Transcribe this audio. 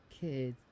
kids